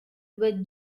with